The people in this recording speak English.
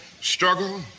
struggle